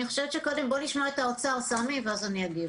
בואו נשמע את האוצר ואז אני אגיב.